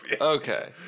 okay